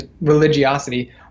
religiosity